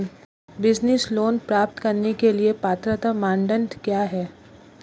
Business loan प्राप्त करने के लिए पात्रता मानदंड क्या हैं?